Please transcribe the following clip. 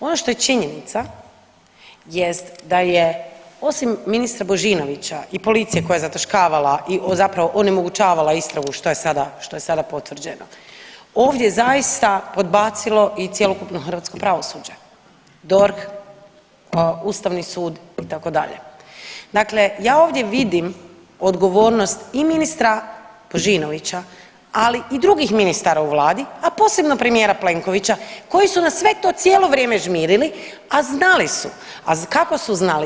Ono što je činjenica jest da je osim ministra Božinovića i policije koja je zataškavala i zapravo onemogućavala istragu što je sada, što je sada potvrđeno ovdje je zaista podbacilo i cjelokupno hrvatsko pravosuđe DORH, ustavni sud itd., dakle ja ovdje vidim odgovornost i ministra Božinovića, ali i drugih ministara u vladi, a posebno premijera Plenkovića koji su na sve to cijelo vrijeme žmirili, a znali su, a kako su znali?